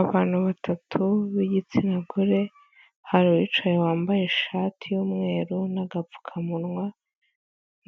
Abantu batatu b'igitsina gore, hari abicaye bambaye ishati y'umweru n'agapfukamunwa,